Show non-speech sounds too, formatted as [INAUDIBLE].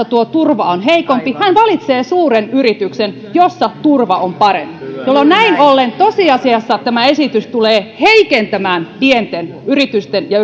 [UNINTELLIGIBLE] tuo turva on heikompi hän valitsee suuren yrityksen jossa turva on parempi jolloin näin ollen tosiasiassa tämä esitys tulee heikentämään pienten yritysten ja [UNINTELLIGIBLE]